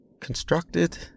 constructed